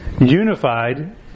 unified